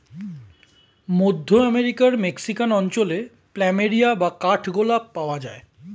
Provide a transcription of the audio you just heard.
মধ্য আমেরিকার মেক্সিকান অঞ্চলে প্ল্যামেরিয়া বা কাঠ গোলাপ পাওয়া যায়